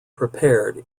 prepared